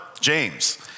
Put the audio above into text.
James